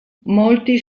molti